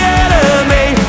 enemy